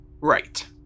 Right